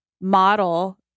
model